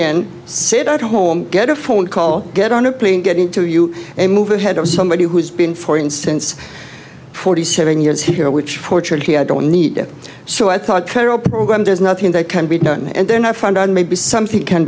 in sit at home get a phone call get on a plane get into you and move ahead of somebody who's been for instance forty seven years here which fortunately i don't need so i thought cairo program there's nothing that can be done and then i found on maybe something can